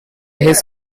his